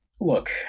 look